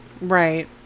Right